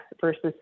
versus